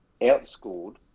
outscored